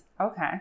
Okay